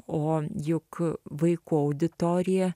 o juk vaikų auditorija